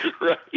right